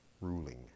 ruling